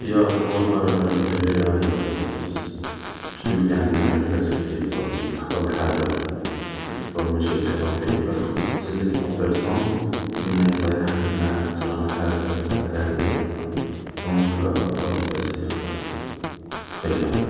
هي القوة الخارقة اللي نبريفيريها هي لا فيتاس بارسكو يولي عندك ان ريفلاكس خفيف, سا فو دير كي تحضر لحاجة و تشوفها ماشية ديرابي تقد تسلك لا بارسون قبل ما يطيح, قبل ما تصراله حاجة و لا تبعدها عليه و لا, دونك لا فيتاس هي المخية قاع